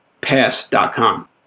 pass.com